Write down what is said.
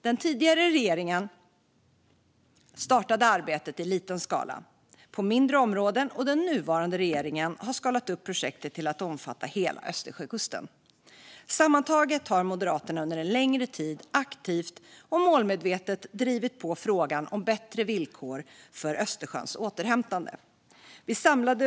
Den tidigare regeringen startade arbetet i liten skala på mindre områden. Den nuvarande regeringen har skalat upp projektet till att omfatta hela Östersjökusten. Sammantaget har Moderaterna under en längre tid aktivt och målmedvetet drivit på frågan om bättre villkor för Östersjöns återhämtning.